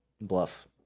bluff